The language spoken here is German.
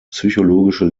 psychologische